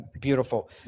Beautiful